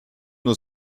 nur